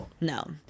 no